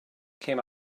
came